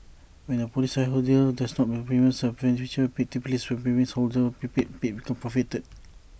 when A policyholder does not pay the premiums A forfeiture may take place where premiums paid become forfeited